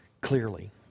clearly